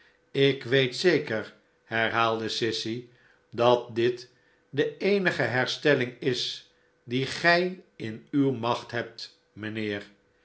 ik weet zeker herhaalde sissy dat dit de eenige herstelling is die gij in uwe macht hebt mijnheer